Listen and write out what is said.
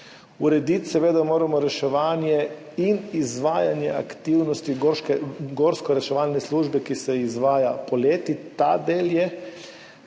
Urediti moramo seveda reševanje in izvajanje aktivnosti gorske reševalne službe, ki se izvaja poleti, ta del je